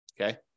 Okay